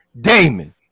damon